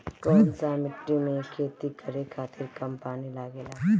कौन सा मिट्टी में खेती करे खातिर कम पानी लागेला?